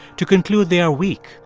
to conclude they are weak,